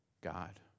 God